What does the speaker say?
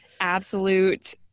absolute